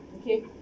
Okay